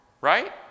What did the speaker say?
right